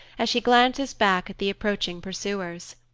as she glances back at the approaching pursuers.